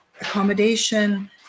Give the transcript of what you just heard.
accommodation